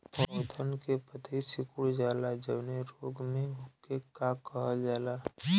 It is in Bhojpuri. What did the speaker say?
पौधन के पतयी सीकुड़ जाला जवने रोग में वोके का कहल जाला?